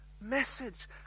message